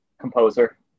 composer